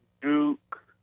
Duke